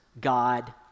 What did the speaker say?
God